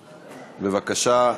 בבקשה.